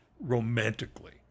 romantically